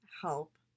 help